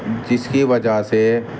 جس کی وجہ سے